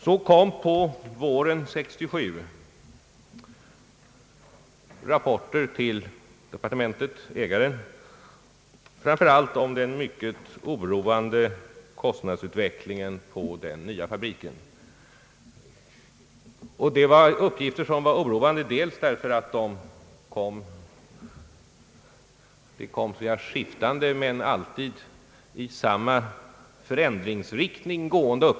På våren 1967 inkom rapporter till departementet-ägaren framför allt om den mycket oroande utvecklingen av kostnaden för den nya fabriken. Dessa uppgifter var oroande därför att de var skiftande men alltid i samma förändringsriktning.